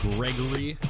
Gregory